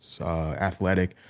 Athletic